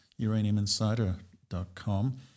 uraniuminsider.com